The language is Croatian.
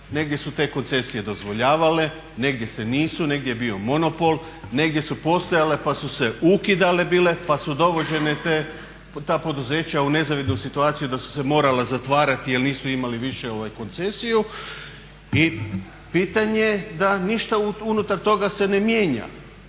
Negdje su te koncesije dozvoljavale, negdje se nisu, negdje je bio monopol, negdje su postojale pa su se ukidale bile, pa su dovođena ta poduzeća u nezavidnu situaciju da su se morala zatvarati jer nisu imali više koncesiju. I pitanje da ništa unutar toga se ne mijenja.